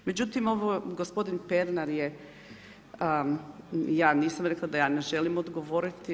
Međutim, gospodin Pernar je, ja nisam rekla da ja ne želim odgovoriti.